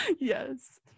Yes